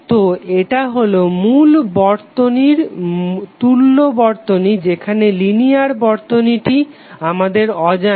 তো এটা হলো মূল বর্তনীর তুল্য বর্তনী যেখানে লিনিয়ার বর্তনীটি আমাদের অজানা